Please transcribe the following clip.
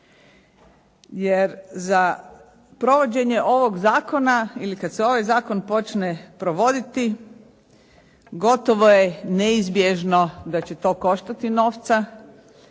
jer za provođenje ovog zakona ili kad se ovaj zakon počne provoditi gotovo je neizbježno da će to koštati novca